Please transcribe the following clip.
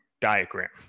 diagram